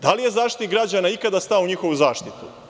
Da li je Zaštitnik građana ikada stao u njihovu zaštitu?